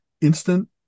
instant